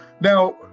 Now